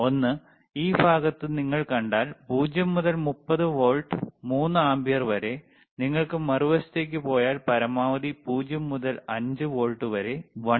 ഒന്ന് ഈ ഭാഗത്ത് നിങ്ങൾ കണ്ടാൽ 0 മുതൽ 30 വോൾട്ട് 3 ആമ്പിയർ വരെ നിങ്ങൾ മറുവശത്തേക്ക് പോയാൽ പരമാവധി 0 മുതൽ 5 വോൾട്ട് വരെ 1